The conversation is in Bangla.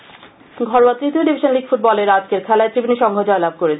ফুটবল ঘরোয়া তৃতীয় ডিভিশন লিগ ফুটবলের আজকের খেলায় ত্রিবেনী সংঘ জয়লাভ করেছে